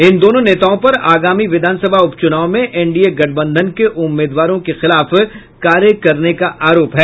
इन दोनों नेताओं पर आगामी विधानसभा उपचुनाव में एनडीए गठबंधन के उम्मीदवारों के खिलाफ कार्य करने का आरोप है